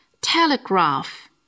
Telegraph